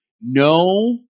No